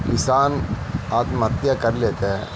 تو کسان آتم ہتیا کر لیتے ہیں